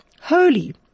holy